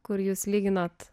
kur jūs lyginate